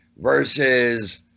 versus –